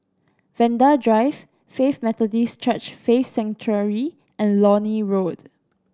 Vanda Drive Faith Methodist Church Faith Sanctuary and Lornie Road